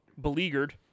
beleaguered